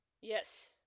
Yes